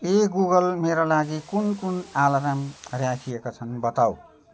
ए Google मेरा लागि कुन कुन आलार्म राखिएका छन् बताऊ